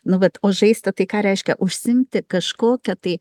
nu vat o žaisti tai ką reiškia užsiimti kažkokia tai